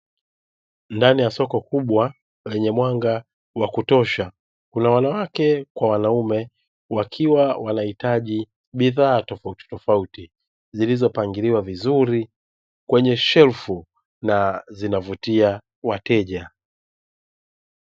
Ndani ya soko kubwa lenye mwanga wa kutosha kuna wanawake kwa wanaume wakiwa wanahitaji bidhaa tofautitofauti, zilizopangiliwa vizuri kwenye shelfu na zinavutia wateja.